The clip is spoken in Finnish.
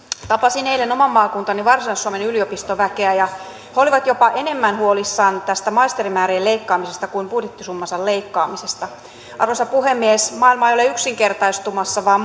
tapasin eilen oman maakuntani varsinais suomen yliopistoväkeä ja he olivat jopa enemmän huolissaan tästä maisterimäärien leikkaamisesta kuin budjettisummansa leikkaamisesta arvoisa puhemies maailma ei ole yksinkertaistumassa vaan